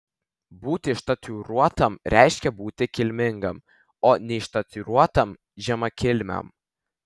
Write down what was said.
būti ištatuiruotam reiškia būti kilmingam o neištatuiruotam žemakilmiam